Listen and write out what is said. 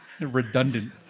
Redundant